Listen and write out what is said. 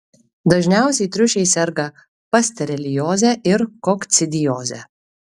dažniausiai triušiai serga pasterelioze ir kokcidioze